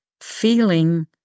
Feeling